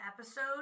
episode